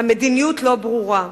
המדיניות לא ברורה,